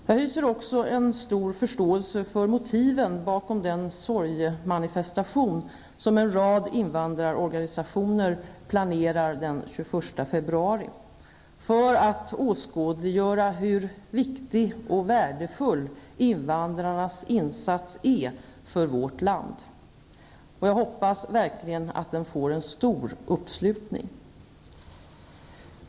Jag hyser också stor förståelse för motiven bakom den sorgemanifestation som en rad invandrarorganisationer planerar den 21 februari för att åskådliggöra hur viktigt och värdefull invandrarnas insats är för vårt land. Jag hoppas verkligen att den får en stor uppslutning.